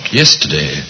yesterday